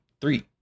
Three